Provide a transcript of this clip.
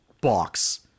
box